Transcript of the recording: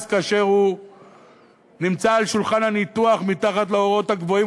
אז כאשר הוא נמצא על שולחן הניתוחים מתחת לאורות הגבוהים